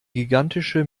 gigantische